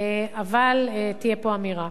אבל תהיה פה אמירה.